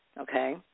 okay